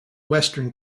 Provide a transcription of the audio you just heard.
western